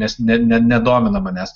nes ne ne nedomina manęs